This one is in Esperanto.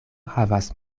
havas